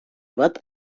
bat